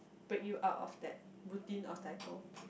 break you out of that routine of cycle